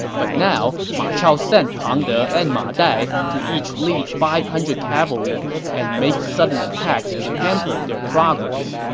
but now ma chao sent pang de and ma dai to each lead five hundred cavalry and make sudden attacks to hamper their progress.